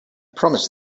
promised